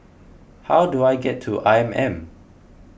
how do I get to I M M